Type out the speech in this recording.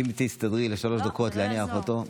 אם תסתדרי שלוש דקות להניח אותה, לא.